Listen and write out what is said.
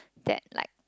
that like